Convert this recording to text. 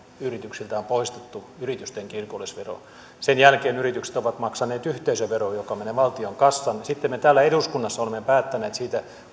yrityksiltä on poistettu yritysten kirkollisvero sen jälkeen yritykset ovat maksaneet yhteisöveroa joka menee valtion kassaan sitten me täällä eduskunnassa olemme päättäneet siitä